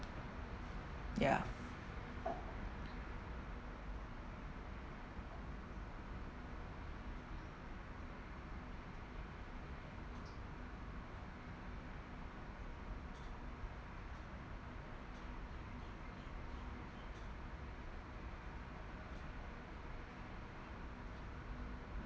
ya